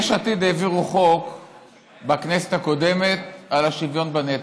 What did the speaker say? יש עתיד העבירו חוק בכנסת הקודמת על השוויון בנטל.